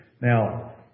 Now